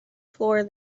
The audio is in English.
floor